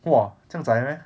!wah! 这样 zai meh